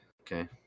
okay